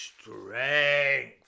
strength